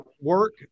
work